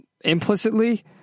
implicitly